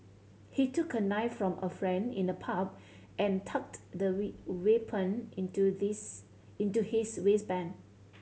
he took a knife from a friend in the pub and tucked the weapon into this into his waistband